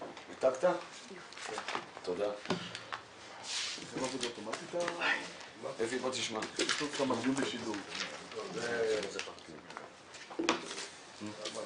11:31.